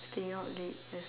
staying out late as